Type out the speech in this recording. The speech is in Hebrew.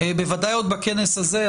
בוודאי עוד בכנס הזה,